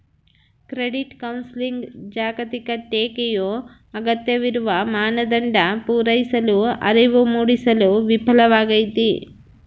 credit ಕೌನ್ಸೆಲಿಂಗ್ನ ಜಾಗತಿಕ ಟೀಕೆಯು ಅಗತ್ಯವಿರುವ ಮಾನದಂಡ ಪೂರೈಸಲು ಅರಿವು ಮೂಡಿಸಲು ವಿಫಲವಾಗೈತಿ